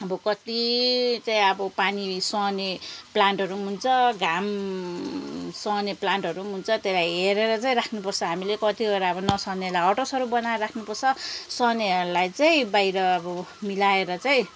अब कति चाहिँ अब पानी सहने प्लान्टहरू पनि हुन्छ घाम सहने प्लान्टहरू पनि हुन्छ त्यसलाई हेरेर चाहिँ राख्नुपर्छ हामीले कतिवटा अब नसहनेलाई हटहाउसहरू बनाएर राख्नुपर्छ सहनेहरूलाई चाहिँ बाहिर अब मिलाएर चाहिँ